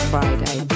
Friday